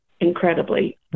incredibly